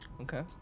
Okay